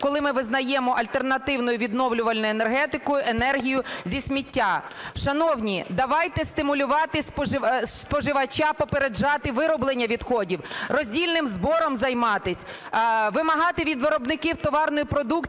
коли ми визнаємо альтернативну і відновлювальну енергетикою енергію зі сміття. Шановні, давайте стимулювати споживача попереджати вироблення відходів, роздільним збором займатись, вимагати від виробників товарної продукції